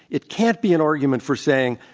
it can't be an argument for saying,